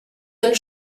del